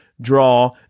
draw